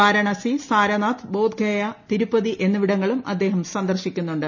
വാരണാസി സാരനാഥ് ബോധ്ഗയാ തിരുപ്പതി എന്നിവിടങ്ങളും അദ്ദേഹം സന്ദർശിക്കുന്നുണ്ട്